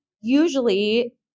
usually